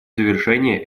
завершения